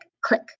click